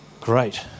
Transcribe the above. Great